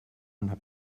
una